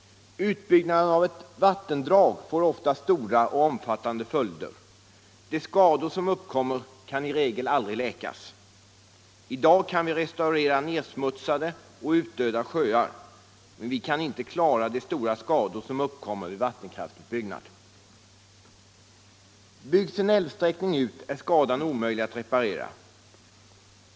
Utbyggnaden av ett vattendrag får oftast stora och omfattande följder. De skador som uppkommer kan i regel aldrig läkas. I dag kan vi restaurera nedsmutsade och utdöda sjöar, men vi kan inte klara de stora skador som uppkommer vid vattenkraftsutbyggnad. Byggs en älvsträckning ut är skadan omöjlig att reparera.